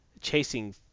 chasing